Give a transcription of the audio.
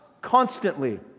constantly